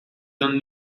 don’t